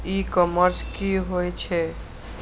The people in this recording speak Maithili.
ई कॉमर्स की होय छेय?